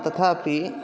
तथापि